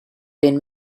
been